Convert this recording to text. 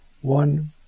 one